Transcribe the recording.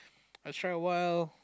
I try awhile